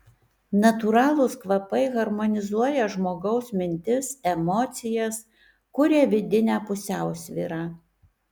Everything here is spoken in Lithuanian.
natūralūs kvapai harmonizuoja žmogaus mintis emocijas kuria vidinę pusiausvyrą